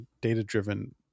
data-driven